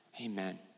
Amen